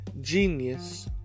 genius